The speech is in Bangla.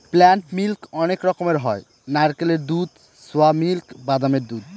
প্লান্ট মিল্ক অনেক রকমের হয় নারকেলের দুধ, সোয়া মিল্ক, বাদামের দুধ